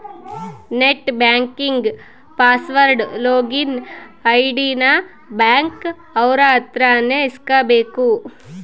net banking password login ID ನ bank ಅವ್ರ ಅತ್ರ ನೇ ಇಸ್ಕಬೇಕು